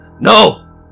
No